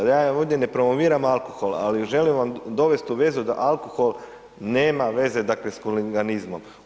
Ja ovdje ne promoviram alkohol ali želim vam dovest u vezu da alkohol nema veze sa huliganizmom.